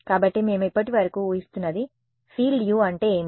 కాబట్టి మేము ఇప్పటివరకు ఊహిస్తున్నది ఫీల్డ్ U అంటే ఏమిటి